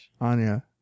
anya